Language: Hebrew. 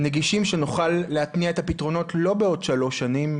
נגישים שנוכל להתניע את הפתרונות לא בעוד שלוש שנים,